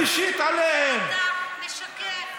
הטיפול השלישי, אתה משקר.